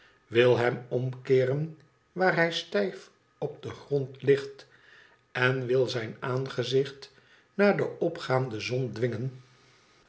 wil hem omkeeren waar hij stijf op den grond ligt en wil zijn aangezicht naar de opgaande zon dwingen